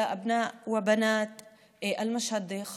להלן תרגומם: אני פונה בעיקר לבני ובנות משהד.